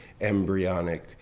embryonic